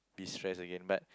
destress again but